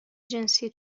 جنسی